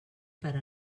per